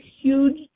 huge